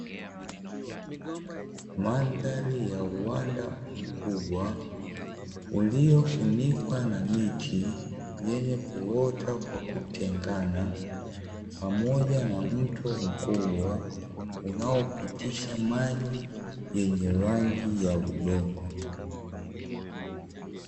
Mandhari ya uwanda mkubwa, uliofunikwa na miti yenye kuota kwa kutengana pamoja na mto mkubwa unaopitisha maji yenye rangi ya udongo.